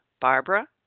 Barbara